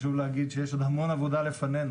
חשוב להגיד שיש עוד המון עבודה לפנינו.